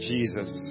Jesus